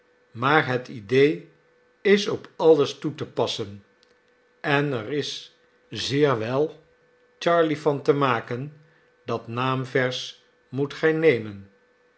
maar het idee is op alles toe te passen en er is zeer wel jarley van te maken dat naamvers moet gij nemen